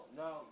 no